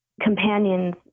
companions